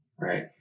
Right